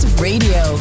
Radio